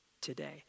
today